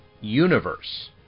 universe